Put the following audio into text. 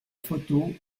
photo